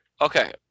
Okay